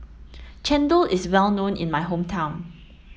Chendol is well known in my hometown